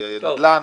לנדל"ן